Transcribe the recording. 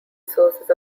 sources